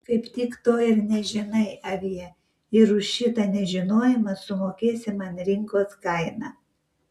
kaip tik to tu ir nežinai avie ir už šitą nežinojimą sumokėsi man rinkos kainą